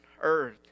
earth